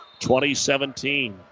2017